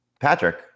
Patrick